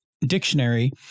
dictionary